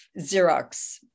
Xerox